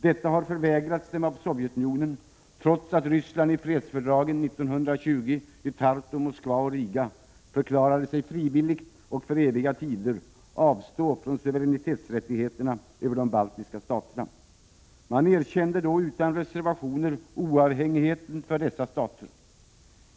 Detta har förvägrats dem av Sovjetunionen, trots att Ryssland i fredsfördragen 1920 i Tartu, Moskva och Riga förklarade sig ”frivilligt och för eviga tider” avstå från suveränitetsrättigheterna över de baltiska staterna. Man erkände då ”utan reservationer oavhängigheten för dessa stater”.